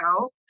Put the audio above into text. out